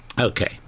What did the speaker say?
Okay